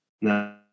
No